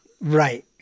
Right